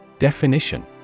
Definition